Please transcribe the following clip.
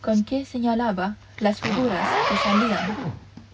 con que señalaba las figuras que salían